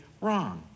wrong